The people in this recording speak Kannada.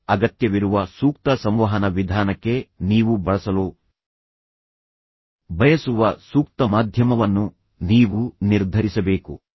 ಈಗ ಅಗತ್ಯವಿರುವ ಸೂಕ್ತ ಸಂವಹನ ವಿಧಾನಕ್ಕೆ ನೀವು ಬಳಸಲು ಬಯಸುವ ಸೂಕ್ತ ಮಾಧ್ಯಮವನ್ನು ನೀವು ನಿರ್ಧರಿಸಬೇಕು